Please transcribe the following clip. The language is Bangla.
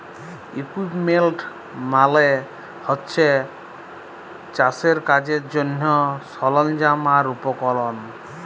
ইকুইপমেল্ট মালে হছে চাষের কাজের জ্যনহে সরল্জাম আর উপকরল